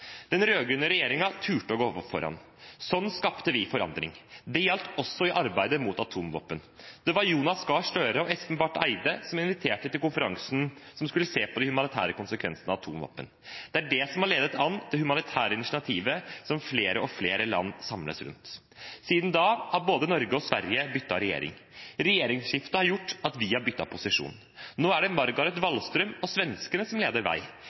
Den rød-grønne regjeringen turte å gå foran. Sånn skapte vi forandring. Det gjaldt også i arbeidet mot atomvåpen. Det var Joans Gahr Støre og Espen Barth Eide som inviterte til konferansen som skulle se på de humanitære konsekvensene av atomvåpen. Det er det som har ledet an det humanitære initiativet som flere og flere land samles rundt. Siden da har både Norge og Sverige byttet regjering. Regjeringsskiftet har gjort at vi har byttet posisjon. Nå er det Margot Wallström og svenskene som viser vei.